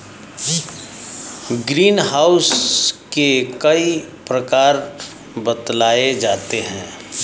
green house के कई प्रकार बतलाए जाते हैं